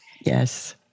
Yes